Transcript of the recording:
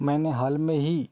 मैंने हाल में ही